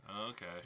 Okay